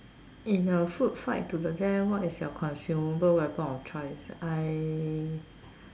in a food fight to the death what is your consumable weapon of choice I